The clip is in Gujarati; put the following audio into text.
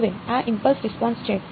હવે આ ઇમ્પલ્સ રિસ્પોન્સ છે